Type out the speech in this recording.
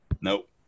Nope